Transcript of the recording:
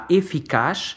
eficaz